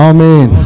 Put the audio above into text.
Amen